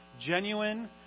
genuine